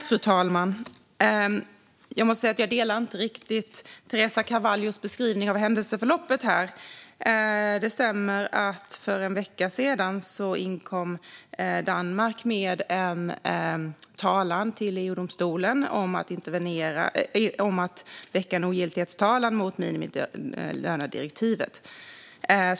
Fru talman! Jag måste säga att jag inte riktigt delar Teresa Carvalhos beskrivning av händelseförloppet. Det stämmer att Danmark för en vecka sedan inkom med en talan till EU-domstolen om att väcka en ogiltighetstalan mot minimilönsdirektivet.